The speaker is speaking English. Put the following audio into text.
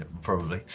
ah probably,